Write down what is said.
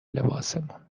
لباسمون